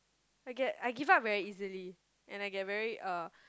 I get I give up very easily and I get very uh